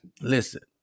Listen